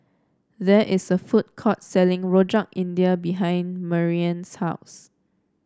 there is a food court selling Rojak India behind Marianne's house